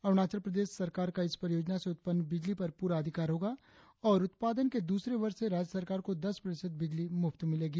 अरुणाचल प्रदेश सरकार का इस परियोजना से उत्पन्न बिजली पर पूरा अधिकार होगा और उत्पादन के दूसरे वर्ष से राज्य सरकार को दस प्रतिशत बिजली मुफ्त मिलेगी